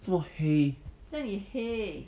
这么黑